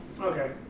Okay